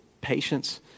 Patience